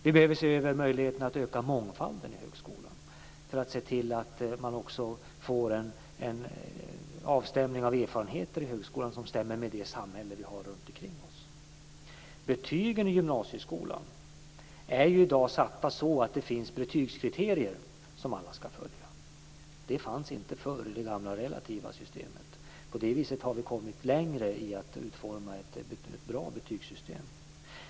Vi behöver se över möjligheten att öka mångfalden i högskolan för att få en avstämning av erfarenheter i högskolan som stämmer med det samhälle vi har runt omkring oss. Betygen i gymnasieskolan är i dag satta så att det finns betygskriterier som alla ska följa. Det fanns inte förr i det gamla, relativa systemet. På det viset har vi kommit längre i att utforma ett bra betygssystem.